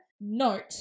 note